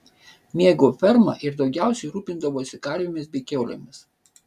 mėgau fermą ir daugiausiai rūpindavausi karvėmis bei kiaulėmis